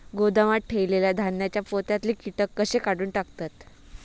गोदामात ठेयलेल्या धान्यांच्या पोत्यातले कीटक कशे काढून टाकतत?